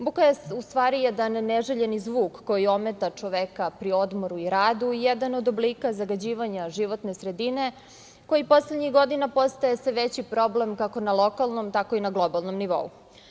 Buka je u stvari jedan neželjeni zvuk koji ometa čoveka pri odmoru i radu, jedan od oblika zagađivanja životne sredine, koji poslednjih godina postaje sve veći problem, kako na lokalnom tako i na globalnom nivou.